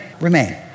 remain